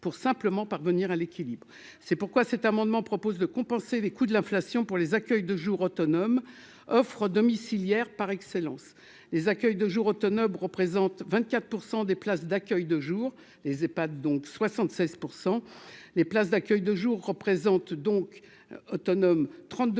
pour simplement parvenir à l'équilibre, c'est pourquoi cet amendement propose de compenser les coûts de l'inflation pour les accueils de jour autonomes offrent domiciliaire par excellence, les accueils de jour autonomes représentent 24 % des places d'accueil de jour, les Epad donc 76 % les places d'accueil de jour représente donc autonome 32